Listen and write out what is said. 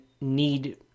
need